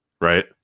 right